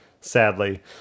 sadly